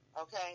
okay